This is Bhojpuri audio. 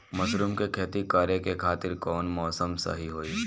मशरूम के खेती करेके खातिर कवन मौसम सही होई?